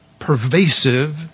pervasive